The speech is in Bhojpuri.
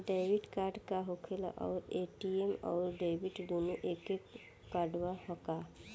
डेबिट कार्ड का होखेला और ए.टी.एम आउर डेबिट दुनों एके कार्डवा ह का?